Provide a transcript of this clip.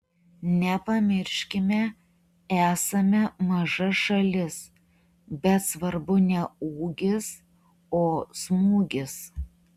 nepamirškime esame maža šalis bet svarbu ne ūgis o smūgis